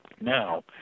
now